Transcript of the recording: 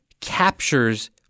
captures